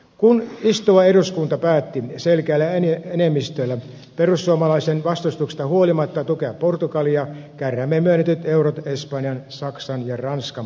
kun istuva eduskunta päätti selkeällä ääntenenemmistöllä perussuomalaisten vastustuksesta huolimatta tukea portugalia kärräämme myönnetyt eurot espanjan saksan ja ranskan pankkiholveihin